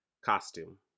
Costume